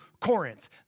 Corinth